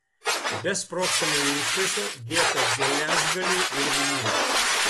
be sprogstamojo užtaiso dėta geležgalių ir vinių